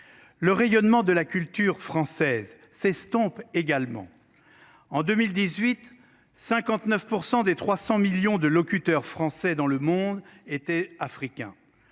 Le rayonnement de la culture française s'estompe également. En 2018 59 % des 300 millions de locuteurs français dans le monde était africain